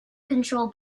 control